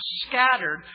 scattered